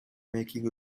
making